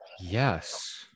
Yes